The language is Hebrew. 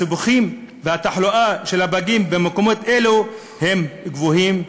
הסיבוכים והתחלואה של הפגים במקומות אלו הם גבוהים,